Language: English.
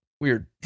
weird